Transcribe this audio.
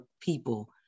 people